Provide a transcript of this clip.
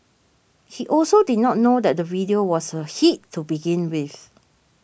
he also did not know that the video was a hit to begin with